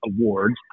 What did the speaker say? awards